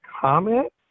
comment